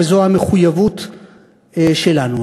וזו המחויבות שלנו.